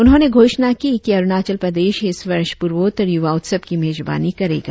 उन्होंने घोषणा की कि अरुणाचल प्रदेश इस वर्ष पूर्वोत्तर युवा उत्सव की मेजबानी करेगा